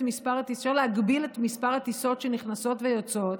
אפשר להגביל את מספר הטיסות שנכנסות ויוצאות,